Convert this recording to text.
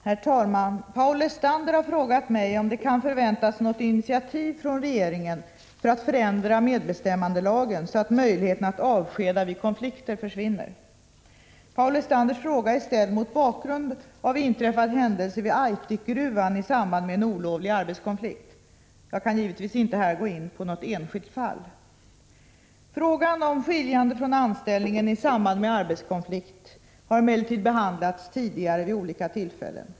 Herr talman! Paul Lestander har frågat mig om det kan förväntas något initiativ från regeringen för att förändra medbestämmandelagen — lagen om medbestämmande i arbetslivet — så att möjligheten att avskeda vid konflikter försvinner. Paul Lestanders fråga är ställd mot bakgrund av inträffade händelser vid Aitikgruvan i samband med en olovlig arbetskonflikt. Jag kan givetvis inte här gå in på något enskilt fall. Frågan om skiljande från anställningen i samband med arbetskonflikt har emellertid behandlats tidigare vid olika tillfällen.